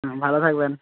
হুম ভালো থাকবেন